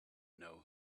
know